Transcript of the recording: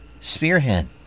Spearhead